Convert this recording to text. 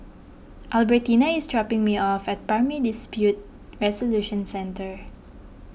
Albertina is dropping me off at Primary Dispute Resolution Centre